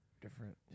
Different